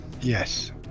Yes